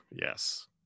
yes